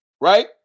right